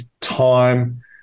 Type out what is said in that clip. time